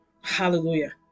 hallelujah